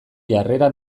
jarrera